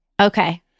Okay